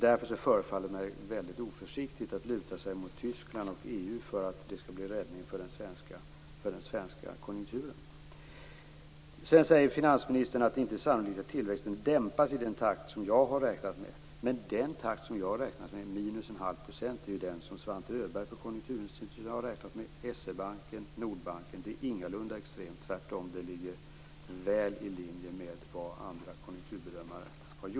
Därför förefaller det mig väldigt oförsiktigt att luta sig mot Tyskland och EU när det gäller en räddning av den svenska konjunkturen. Finansministern säger att det inte är sannolikt att tillväxten dämpas i den takt som jag har räknat med. Men den takt som jag har räknat med 0,5 %- är ju den som Svante Öberg på Konjunkturinstitutet och S E-Banken och Nordbanken har räknat med. Det är ingalunda extremt. De ligger tvärtom väl i linje med vad andra konjunkturbedömare väntar sig.